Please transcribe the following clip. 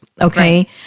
okay